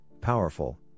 powerful